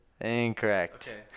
Incorrect